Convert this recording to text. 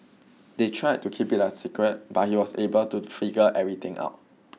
they tried to keep it a secret but he was able to figure everything out